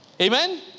Amen